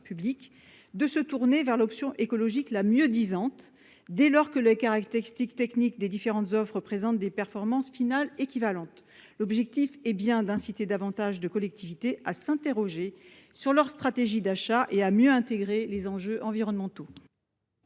de se tourner vers l'option écologique la mieux-disante, dès lors que les caractéristiques techniques des différentes offres présentent des performances finales équivalentes. L'objectif est bien d'inciter davantage de collectivités territoriales à s'interroger sur leur stratégie d'achat et à mieux intégrer les enjeux environnementaux.